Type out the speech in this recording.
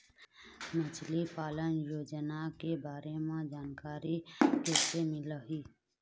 मछली पालन योजना के बारे म जानकारी किसे मिलही?